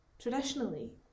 Traditionally